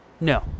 No